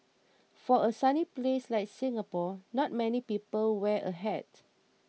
for a sunny place like Singapore not many people wear a hat